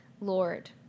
Lord